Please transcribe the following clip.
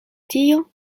tio